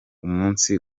umunsi